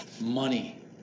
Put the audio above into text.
money